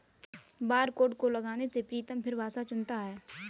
barcode को लगाने के बाद प्रीतम फिर भाषा चुनता है